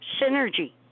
synergy